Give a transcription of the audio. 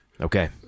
Okay